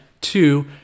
Two